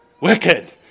wicked